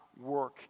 work